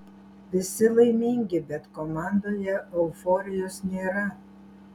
visi laimingi bet komandoje euforijos nėra